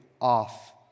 off